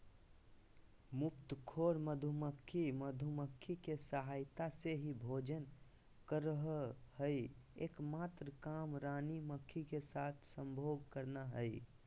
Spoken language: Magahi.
मुफ्तखोर मधुमक्खी, मधुमक्खी के सहायता से ही भोजन करअ हई, एक मात्र काम रानी मक्खी के साथ संभोग करना हई